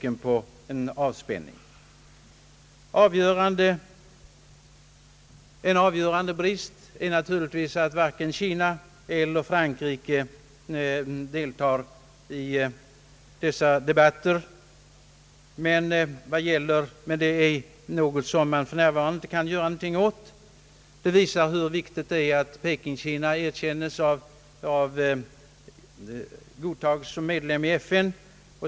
En allvarlig brist är naturligtvis att varken Kina eller Frankrike deltar i dessa debatter, men det är något som man f.n. inte kan göra något åt. Det visar hur viktigt det är att Peking-Kina godtas som medlem i FN.